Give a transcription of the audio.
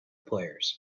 players